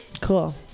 Cool